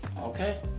okay